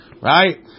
right